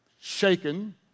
shaken